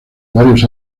varios